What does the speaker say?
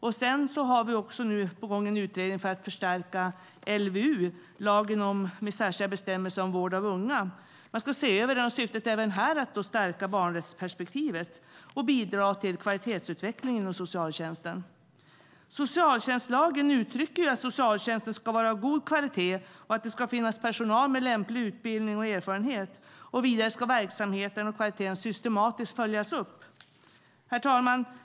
Vi har nu också en utredning på gång för att förstärka LVU - lagen med särskilda bestämmelser om vård av unga. Man ska se över lagen, och syftet är även här att stärka barnrättsperspektivet och bidra till kvalitetsutveckling inom socialtjänsten. Socialtjänstlagen uttrycker att socialtjänsten ska vara av god kvalitet och att det ska finnas personal med lämplig utbildning och erfarenhet. Vidare ska verksamheten och kvaliteten systematiskt följas upp. Herr talman!